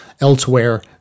elsewhere